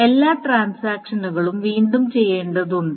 എല്ലാ ട്രാൻസാക്ഷനുകളും വീണ്ടും ചെയ്യേണ്ടതുണ്ട്